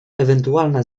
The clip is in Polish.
ewentualna